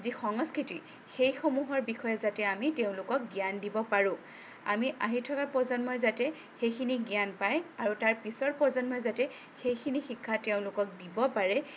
যি সংস্কৃতি সেইসমূহৰ বিষয়ে যাতে আমি তেওঁলোকক জ্ঞান দিব পাৰোঁ আমি আহি থকা প্ৰজন্মই যাতে সেইখিনি জ্ঞান পায় আৰু তাৰ পিছৰ প্ৰজন্মই যাতে সেইখিনি শিক্ষা তেওঁলোকক দিব পাৰে